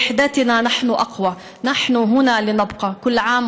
נמשיך לנהל יחדיו מאבק קולקטיבי נגד כל מי